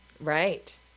Right